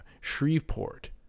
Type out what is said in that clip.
Shreveport